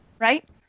right